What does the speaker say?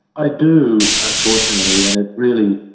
i do, unfortunately, and it really,